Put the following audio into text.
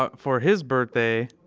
ah for his birthday,